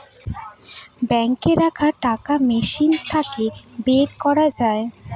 বাঙ্কে রাখা টাকা মেশিন থাকে বের করা যায়